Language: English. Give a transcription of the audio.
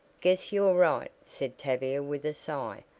guess you're right, said tavia with a sigh.